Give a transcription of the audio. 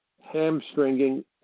Hamstringing